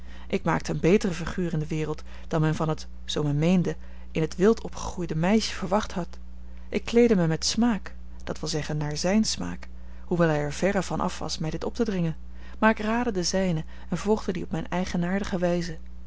ik maakte een beter figuur in de wereld dan men van het zoo men meende in t wild opgegroeide meisje verwacht had ik kleedde mij met smaak dat wil zeggen naar zijn smaak hoewel hij er verre van af was mij dit op te dringen maar ik raadde den zijnen en volgde dien op mijne eigenaardige wijze